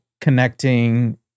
connecting